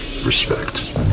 Respect